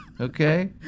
Okay